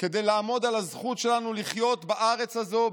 כדי לעמוד על הזכות שלנו לחיות בארץ הזו,